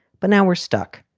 but now we're stuck.